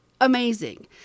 amazing